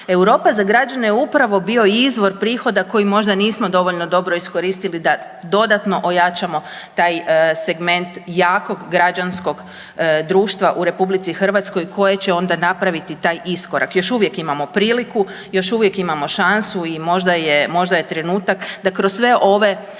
Europa za građane je upravo bio izvor prihoda koji možda nismo dovoljno dobro iskoristili da dodatno ojačamo taj segment jakog građanskog društva u RH koje će onda napraviti taj iskorak, još uvijek imamo priliku, još uvijek imamo šansu i možda je trenutak da kroz sve ove